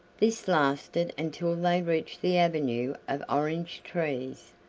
this lasted until they reached the avenue of orange trees,